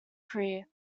career